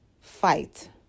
fight